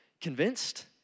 Convinced